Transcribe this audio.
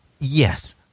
Yes